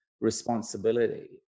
responsibility